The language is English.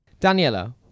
Daniela